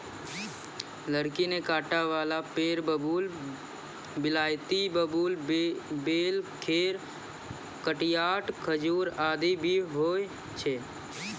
लकड़ी में कांटा वाला पेड़ बबूल, बिलायती बबूल, बेल, खैर, कत्था, खजूर आदि भी होय छै